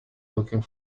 looking